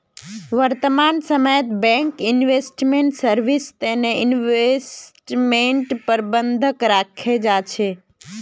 वर्तमान समयत bank investment service तने इन्वेस्टमेंट प्रबंधक राखे छे